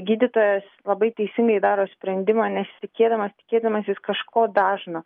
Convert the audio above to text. gydytojas labai teisingai daro sprendimą nesitikėdamas tikėdamasis kažko dažna